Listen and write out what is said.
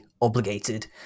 obligated